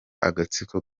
agatsiko